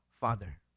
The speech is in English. Father